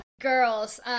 Girls